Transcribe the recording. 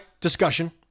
discussion